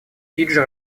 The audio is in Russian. фиджи